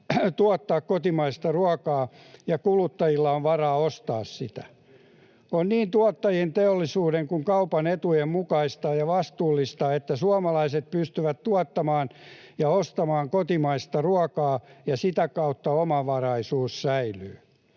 tuottaa kotimaista ruokaa ja kuluttajilla varaa ostaa sitä. On niin tuottajien, teollisuuden kuin kaupan etujen mukaista ja vastuullista, että suomalaiset pystyvät tuottamaan ja ostamaan kotimaista ruokaa, ja sitä kautta omavaraisuus säilyy.